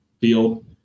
field